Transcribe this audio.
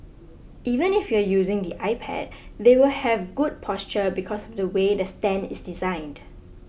even if you're using the iPad they will have good posture because of the way the stand is designed